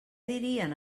dirien